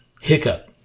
hiccup